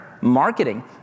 marketing